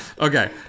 Okay